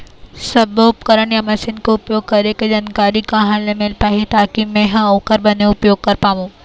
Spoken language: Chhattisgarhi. सब्बो उपकरण या मशीन के उपयोग करें के जानकारी कहा ले मील पाही ताकि मे हा ओकर बने उपयोग कर पाओ?